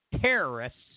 terrorists